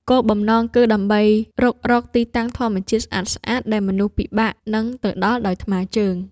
គោលបំណងគឺដើម្បីរុករកទីតាំងធម្មជាតិស្អាតៗដែលមនុស្សពិបាកនឹងទៅដល់ដោយថ្មើរជើង។